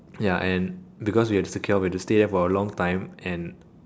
ya and because we had to secure we had to stay there for a long time and